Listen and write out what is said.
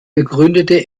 begründete